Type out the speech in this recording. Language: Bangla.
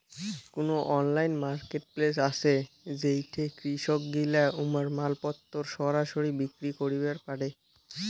কুনো অনলাইন মার্কেটপ্লেস আছে যেইঠে কৃষকগিলা উমার মালপত্তর সরাসরি বিক্রি করিবার পারে?